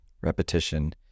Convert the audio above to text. Repetition